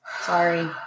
Sorry